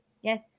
Yes